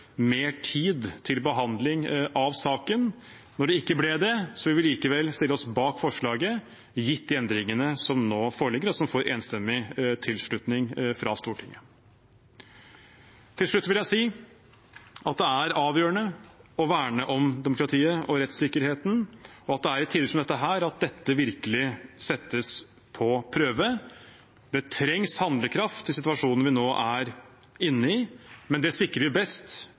mer tid til behandling av saken. Når det ikke ble det, vil vi likevel stille oss bak forslaget, gitt de endringene som nå foreligger, og som får enstemmig tilslutning fra Stortinget. Til slutt vil jeg si at det er avgjørende å verne om demokratiet og rettssikkerheten, og at det er i tider som dette at det virkelig settes på prøve. Det trengs handlekraft i situasjonen vi nå er inne i, men det sikrer vi best